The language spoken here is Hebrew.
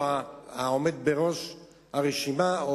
או העומד בראש הרשימה,